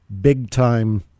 big-time